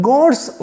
God's